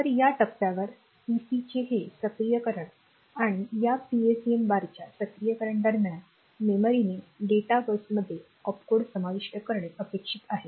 तर या टप्प्यावर पीसीचे हे सक्रियकरण आणि या पीएसईएन बारच्या सक्रियण दरम्यान मेमरीने डेटा बसमध्ये ऑपकोड समाविष्ट करणे अपेक्षित आहे